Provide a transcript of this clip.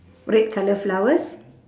red colour flowers